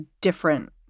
different